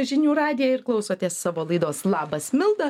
žinių radiją ir klausotės savo laidos labas milda